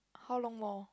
how long more